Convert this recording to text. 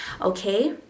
Okay